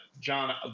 John